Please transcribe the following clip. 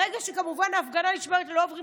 כמובן שברגע שההפגנה נשמרת ולא עוברים